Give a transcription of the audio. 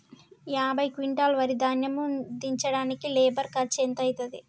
యాభై క్వింటాల్ వరి ధాన్యము దించడానికి లేబర్ ఖర్చు ఎంత అయితది?